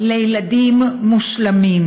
לילדים מושלמים.